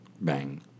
bang